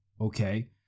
Okay